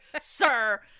sir